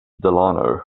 delano